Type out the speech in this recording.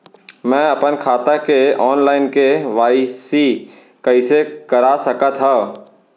मैं अपन खाता के ऑनलाइन के.वाई.सी कइसे करा सकत हव?